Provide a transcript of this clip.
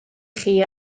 chi